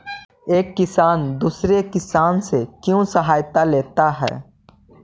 एक किसान दूसरे किसान से क्यों सहायता लेता है?